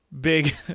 big